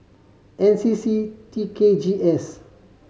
N C C T K G S